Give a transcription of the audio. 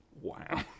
Wow